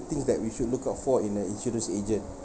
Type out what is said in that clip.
things that we should look out for in an insurance agent